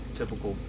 typical